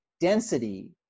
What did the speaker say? density